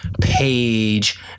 Page